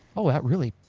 oh that really,